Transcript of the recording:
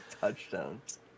touchdowns